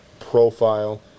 profile